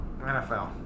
NFL